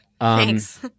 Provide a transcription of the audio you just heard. Thanks